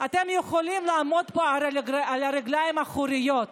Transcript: אתם יכולים לעמוד על הרגליים האחוריות,